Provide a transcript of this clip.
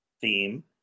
theme